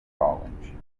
college